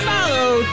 Follow